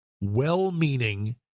well-meaning